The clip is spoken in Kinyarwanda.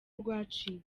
rwaciwe